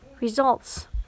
results